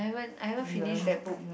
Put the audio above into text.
haven't I haven't finished that book